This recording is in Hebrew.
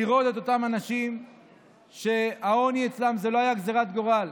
לראות את אותם אנשים שהעוני אצלם לא היה גזרת גורל,